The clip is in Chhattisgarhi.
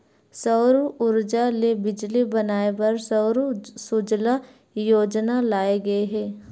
सउर उरजा ले बिजली बनाए बर सउर सूजला योजना लाए गे हे